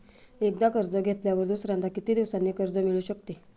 एकदा कर्ज घेतल्यावर दुसऱ्यांदा किती दिवसांनी कर्ज मिळू शकते?